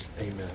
amen